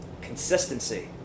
Consistency